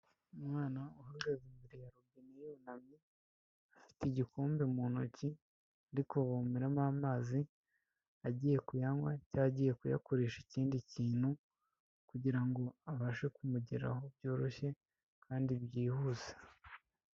Umwana uhagaze imbere ya robine ihengamye afite igikombe mu ntoki ari kuvomeramo amazi agiye kuyanywa cya agiye kuyakoresha ikindi kintu, kugira ngo abashe kumugeraho byoroshye kandi byihuse.